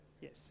Yes